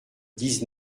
dix